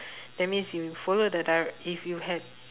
that means you follow the dire~ if you had